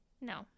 No